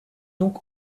donc